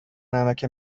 نمک